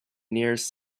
nearest